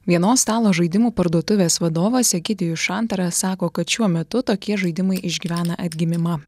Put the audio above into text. vienos stalo žaidimų parduotuvės vadovas egidijus šantaras sako kad šiuo metu tokie žaidimai išgyvena atgimimą